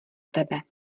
tebe